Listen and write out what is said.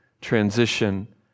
transition